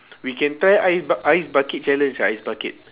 we can try ice buc~ ice bucket challenge ah ice bucket